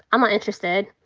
i'm not interested,